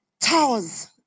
Towers